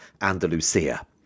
Andalusia